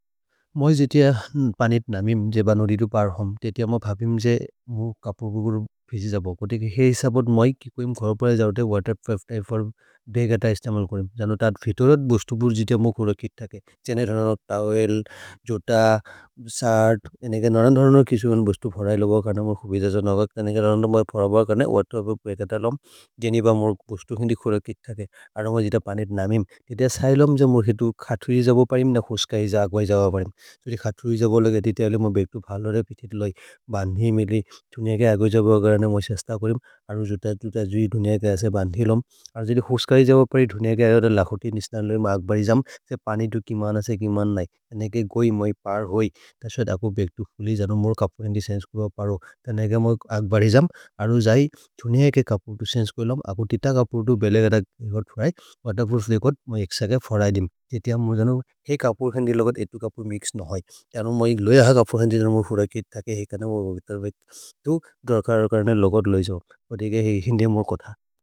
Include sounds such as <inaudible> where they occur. मोइ जे तिअ पनित् नमिम् जे बनु रिरु पर्हम्, ते तिअ म भपिम् जे मु कपुर् गुगुरु विसि जबकोति। हेइ सबद् मै किकोइम् खोरोपरे जवते वतेर्प्रूफेर् बगत इस्तमल् कुरेम्। जनो तद् फितोरत् बुस्तु बुर् जे तिअ मु खोरो कित्तके, चेने रननत् <hesitation> तवेल्, जोत, सर्त्। नेके रननत् रननत् किसुगुन् बुस्तु फोदै लोगौ कर्ने मोर् खुपि जस नगक्। नेके रननत् रननत् मोरि फोरोबौ कर्ने वतेर्प्रूफेर् बगत लम्, गेनि ब मोर् बुस्तु हिन्दि खोरो कित्तके। अरो म जित पनित् नमिम्, ते तिअ सहिलम् ज मोर् हितु खतुरि जबो परिम् न खुस्करि जबो परिम्। जोदि खतुरि जबो लगति तिअले मोर् बेग्तु भलोरे पिथित् लोगि, बन्धिमिलि। धुनिअ के आगो जबो अगरने मो शस्त कुरेम्, अरो जोत तुत धुनिअ के असे बन्धिलोम्। अरो जोदि खुस्करि जबो परि धुनिअ के अगद लकोति निस्तन् लोगि, म अग्बरि जम्। से पनि तु कीमन से कीमन नै, नेके गोइ मै पार् होइ, तसो अको बेग्तु फुलि जनो मोर् कपुर् हिन्दि सेन्स् कुर परो। तन् अग मोर् अग्बरि जम्, अरो जै धुनिअ के कपुर् तो सेन्स् कोइलम्, अको तित कपुर् तो बेले अगद लगत् फुरै। वतेर्प्रूफेर् देकोद् मै एक्स के फुरै दिम्, ते तिअ मोर् जनो है कपुर् हिन्दि लगत्, एतु कपुर् मिक्स् नहि। तनो मै लोय ह कपुर् हिन्दि जनो मोर् फुरै, कित्तके है कर्ने मोर् बेग्तर् बेग्तु, दोरकर कर्ने लगत् लै जो। पर् एगे हिन्दिय मोर् कोथ।